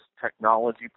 technology